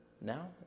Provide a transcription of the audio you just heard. Now